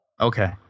Okay